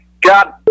God